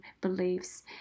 beliefs